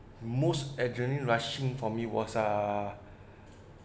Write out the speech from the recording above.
most adrenaline rushing for me was ah